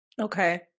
Okay